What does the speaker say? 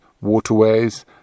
waterways